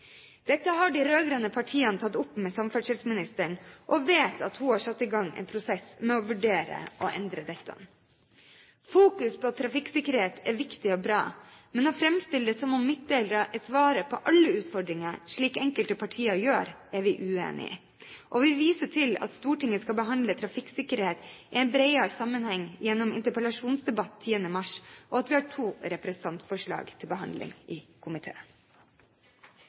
Dette har de rød-grønne partiene tatt opp med samferdselsministeren, og vi vet at hun har satt i gang en prosess hvor en vurderer å endre dette. Fokus på trafikksikkerhet er viktig og bra, men å framstille det som om midtdelere er svaret på alle utfordringer, slik enkelte partier gjør, er vi uenig i, og vi viser til at Stortinget skal behandle trafikksikkerhet i en bredere sammenheng gjennom en interpellasjonsdebatt 10. mars, og at vi har to representantforslag til behandling i komiteen.